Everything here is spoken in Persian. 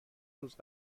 روز